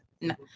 No